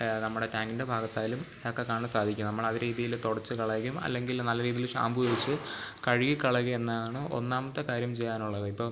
നമ്മുടെ ടാങ്കിൻ്റെ ഭാഗത്തായാലും ഒക്കെ കാണാൻ സാധിക്കും നമ്മളത് രീതിയിൽ തുടച്ചു കളയുകയും അല്ലെങ്കിൽ നല്ല രീതിയിൽ ഷാമ്പു തേച്ച് കഴുകി കളയുക എന്നാണ് ഒന്നാമത്തെ കാര്യം ചെയ്യാനുള്ളത് ഇപ്പം